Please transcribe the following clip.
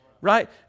Right